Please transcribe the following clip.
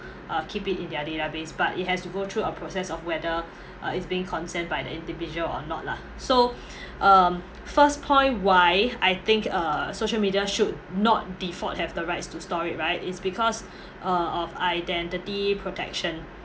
uh keep it in their database but it has to go through a process of whether it's being consent by the individual or not lah so um first point why I think uh social media should not default have the rights to store it right is because uh of identity protection